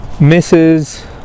misses